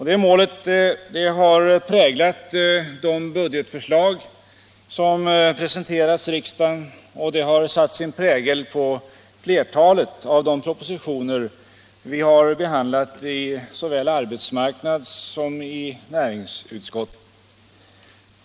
Det målet har präglat de budgetförslag som presenterats riksdagen, och det har satt sin prägel på flertalet av de propositoner som vi har behandlat i såväl arbetsmarknads som näringsutskottet.